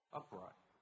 upright